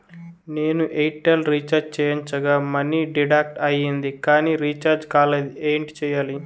నేను Airtel recharge చేయించగా money deduct అయ్యింది కానీ రీఛార్జ్ కాలేదు ఏంటి చేయాలి?